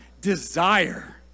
desire